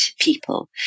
people